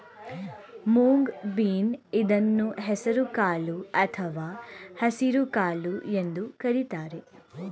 moong bean ಇದನ್ನು ಹೆಸರು ಕಾಳು ಅಥವಾ ಹಸಿರುಕಾಳು ಎಂದು ಕರಿತಾರೆ